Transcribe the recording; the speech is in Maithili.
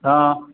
हँ